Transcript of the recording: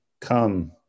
Come